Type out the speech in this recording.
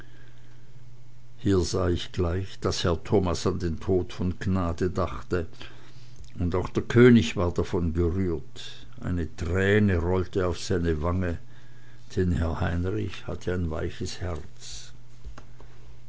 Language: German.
hier sah ich gleich daß herr thomas an den tod von gnade dachte und auch der könig war davon gerührt eine träne rollte auf seiner wange denn herr heinrich hatte ein weiches herz